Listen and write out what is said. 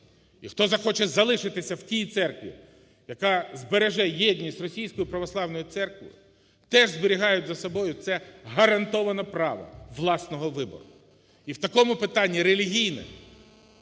І хто захоче залишитися в тій церкві, яка збереже єдність Російської Православної Церкви, теж зберігають за собою це гарантоване право власного вибору. І в такому питанні релігійний,